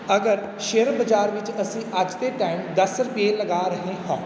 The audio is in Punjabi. ਅਗਰ ਸ਼ੇਅਰ ਬਜ਼ਾਰ ਵਿੱਚ ਅਸੀਂ ਅੱਜ ਦੇ ਟਾਈਮ ਦਸ ਰੁਪਈਏ ਲਗਾ ਰਹੇ ਹਾਂ